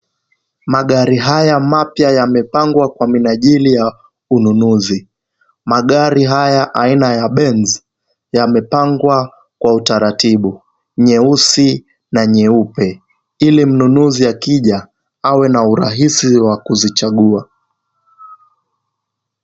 Magari haya mapya yamepangwa kwa minajili ya unununuzi. Magari haya aina ya benz, yamepangwa kwa utaratibu. Nyeusi na nyeupe ili mnunuzi akija awe na urahisi wa kuzichagua.